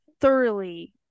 thoroughly